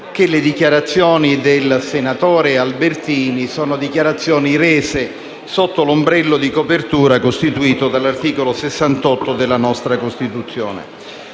che le dichiarazioni del senatore Albertini siano state rese sotto l'ombrello della copertura costituito dall'articolo 68 della nostra Costituzione.